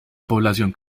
población